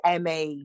MA